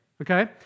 okay